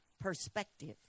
perspective